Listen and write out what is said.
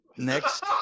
Next